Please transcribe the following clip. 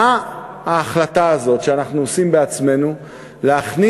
מה ההחלטה הזאת שאנחנו עושים בעצמנו להכניס